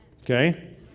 Okay